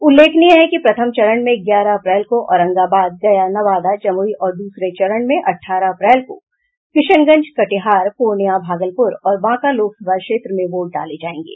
उल्लेखनीय है कि प्रथम चरण में ग्यारह अप्रैल को औरंगाबाद गया नवादा जमुई और दूसरे चरण में अठारह अप्रैल को किशनगंज कटिहार पूर्णिया भागलपुर और बांका लोकसभा क्षेत्र में वोट डाले जाएंगे